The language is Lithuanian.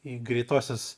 į greitosios